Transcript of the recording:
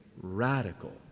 radical